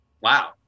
Wow